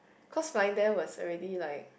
cause flying there was already like